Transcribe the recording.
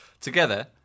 Together